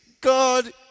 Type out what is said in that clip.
God